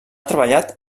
treballat